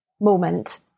moment